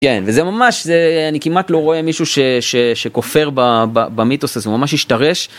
כן, וזה ממש, זה... אני כמעט לא רואה מישהו שכופר במיתוס הזה, הוא ממש השתרש.